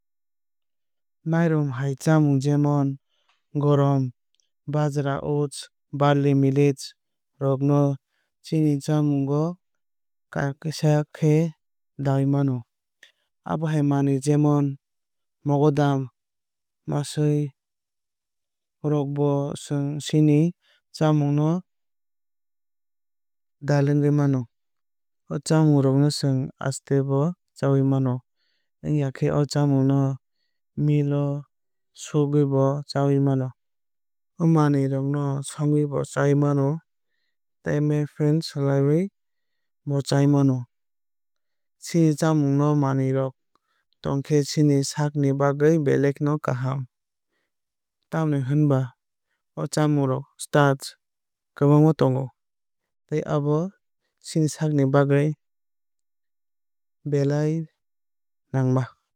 Mairum hai chamung jemon gom bajra oat barley millet rok no chini chamungo klaisa khe dawui mano. Abo hai manwui jemon mogodam maswui rok bo chwng chini chamungo dalwugwui mano. O chamung rok no chwng asta bo chawui mano. Wngya khe o chamung no mill o sugwui bo chawui mano. O manwui rok no songwui bo chai mano tei maifen swlamwui bo chai mano. Chini chamungo o manwui rok tongkhe chini sakni bagwui belai no kaham. Tamoni hinba o chamungo starch kwbangma tongo tei abo chini sakni bagwui belai nangma.